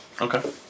Okay